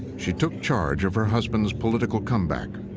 she took charge of her husband's political comeback.